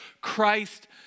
Christ